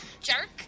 Jerk